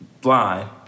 blind